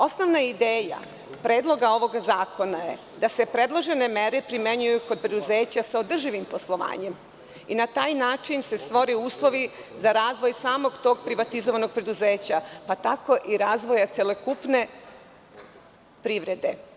Osnovna ideja predloga ovoga zakona je da se predložene mere primenjuju kod preduzeća sa održivim poslovanjem i na taj način se stvore uslovi za razvoj samog tog privatizovanog preduzeća, pa tako i razvoja celokupne privrede.